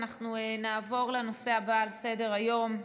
אנחנו נעבור לנושא הבא על סדר-היום,